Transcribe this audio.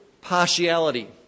partiality